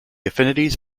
affinities